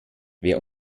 wer